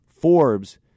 FORBES